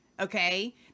Okay